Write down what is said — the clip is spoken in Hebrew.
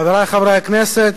חברי חברי הכנסת,